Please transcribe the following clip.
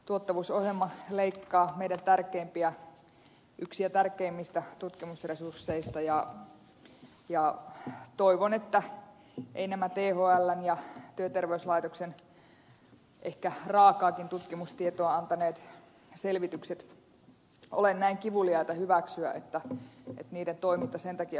tuottavuusohjelma leikkaa meidän tärkeimpiä yhtä tärkeimmistä tutkimusresursseista ja toivon etteivät nämä thln ja työterveyslaitoksen ehkä raakaakin tutkimustietoa antaneet selvitykset ole näin kivuliaita hyväksyä että niiden toiminta sen takia pitää alas ajaa